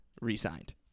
re-signed